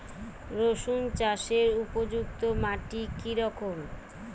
রুসুন চাষের উপযুক্ত মাটি কি রকম?